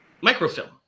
microfilm